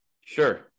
sure